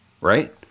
Right